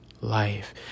life